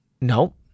No